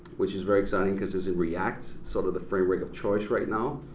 which is very exciting because it's in react, sort of the framework of choice right now.